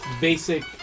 basic